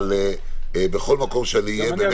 אבל בכל מקום שאני אהיה באמת -- גם אני,